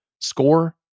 score